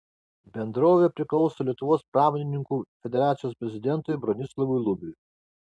bendrovė priklauso lietuvos pramonininkų federacijos prezidentui bronislovui lubiui